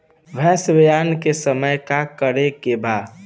भैंस ब्यान के समय का करेके बा?